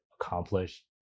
accomplish